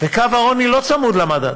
קו העוני, וקו העוני לא צמוד למדד.